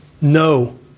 No